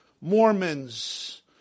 Mormons